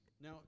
Now